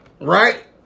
Right